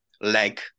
leg